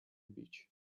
beach